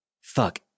fuck